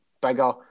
bigger